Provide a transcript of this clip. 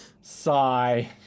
Sigh